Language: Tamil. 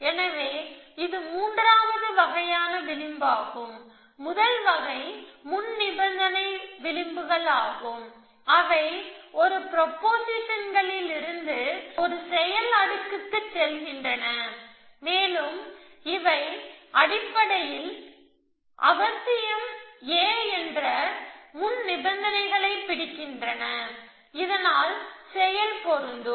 எனவே இது மூன்றாவது வகையான விளிம்பாகும் முதல் வகை முன்நிபந்தனை விளிம்புகள் ஆகும் அவை ஒரு ப்ரொபொசிஷன்களிலிருந்து ஒரு செயல் அடுக்குக்குச் செல்கின்றன மேலும் அவை அடிப்படையில் A அவசியம் என்ற முன் நிபந்தனைகளைப் பிடிக்கின்றன இதனால் செயல் பொருந்தும்